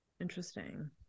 Interesting